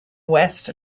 west